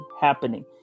happening